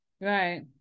Right